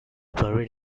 buried